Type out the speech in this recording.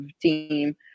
team